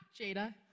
Jada